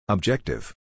Objective